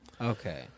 Okay